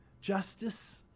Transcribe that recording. justice